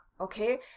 okay